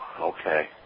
okay